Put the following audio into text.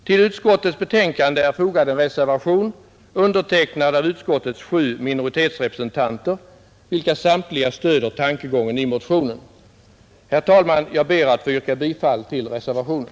Till utskottets betänkande är fogad en reservation undertecknad av utskottets sju minoritetsrepresentanter vilka samtliga stöder tankegången i motionen. Herr talman! Jag ber att få yrka bifall till reservationen.